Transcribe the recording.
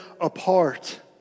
apart